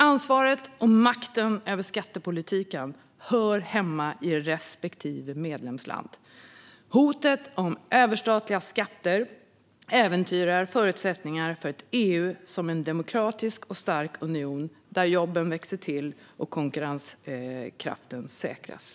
Ansvaret för och makten över skattepolitiken hör hemma i respektive medlemsland. Hotet om överstatliga skatter äventyrar förutsättningarna för EU som en demokratisk och stark union där jobben växer till och konkurrenskraften säkras.